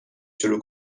شروع